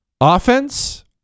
Offense